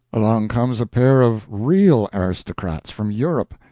along comes a pair of real aristocrats from europe,